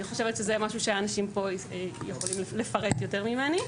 אני חושבת שהאנשים שנמצאים פה יכולים לפרט יותר ממני.